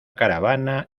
caravana